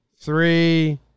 three